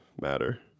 matter